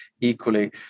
equally